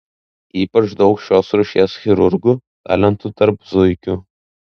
ypač daug šios rūšies chirurgų talentų tarp zuikių